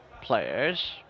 players